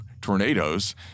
tornadoes